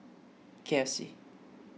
K F C